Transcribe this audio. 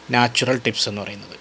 natural tips എന്ന് പറയുന്നത്